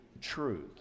truth